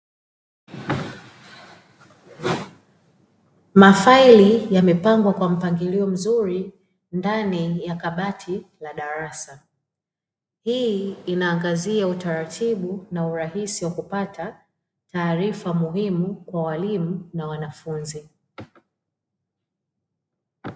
Mafaili yamepangwa kwa mpangilio mzuri ndani ya kabati la darasa, hii inaangazia utaratibu na urahisi wa kupata taarifa muhimu kwa walimu na wanafunzi.